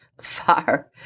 far